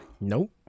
Nope